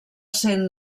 cent